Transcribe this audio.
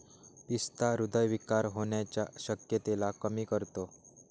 पिस्ता हृदय विकार होण्याच्या शक्यतेला कमी करतो